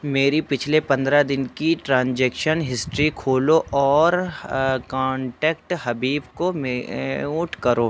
میری پچھلے پندرہ دن کی ٹرانجیکشن ہسٹری کھولو اور کانٹیکٹ حبیب کو اوٹ کرو